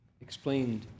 explained